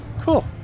Cool